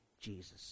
Jesus